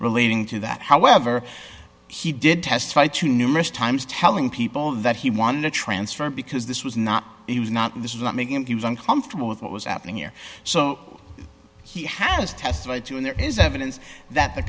relating to that however he did testify to numerous times telling people that he wanted a transfer because this was not he was not this is not making him he was uncomfortable with what was happening here so he has testified to and there is evidence that the